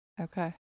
Okay